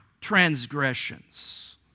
transgressions